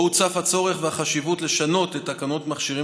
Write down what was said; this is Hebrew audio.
שבו הוצפו הצורך והחשיבות לשנות את תקנות מכשירים